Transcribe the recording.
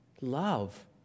love